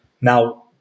now